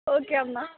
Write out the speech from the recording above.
okay అమ్మ